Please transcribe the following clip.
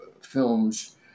films